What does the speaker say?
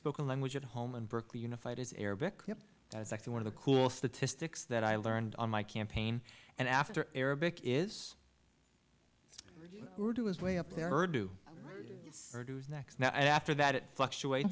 spoken language at home and berkeley unified is arabic that's actually one of the cool statistics that i learned on my campaign and after arabic is to is way up there or do next now and after that it fluctuates